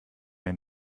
ein